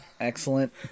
excellent